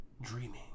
dreaming